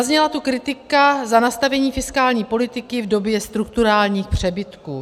Zazněla tu kritika za nastavení fiskální politiky v době strukturálních přebytků.